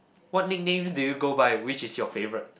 what nicknames do you go by which is your favourite